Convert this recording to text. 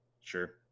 sure